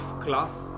class